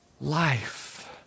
life